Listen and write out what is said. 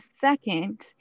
second